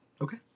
Okay